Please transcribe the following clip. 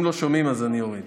אם לא שומעים אז אני אוריד.